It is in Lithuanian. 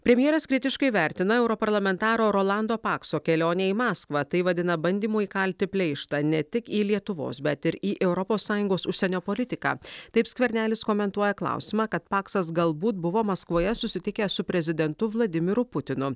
premjeras kritiškai vertina europarlamentaro rolando pakso kelionę į maskvą tai vadina bandymu įkalti pleištą ne tik į lietuvos bet ir į europos sąjungos užsienio politiką taip skvernelis komentuoja klausimą kad paksas galbūt buvo maskvoje susitikęs su prezidentu vladimiru putinu